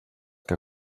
que